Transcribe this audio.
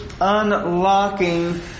unlocking